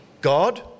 God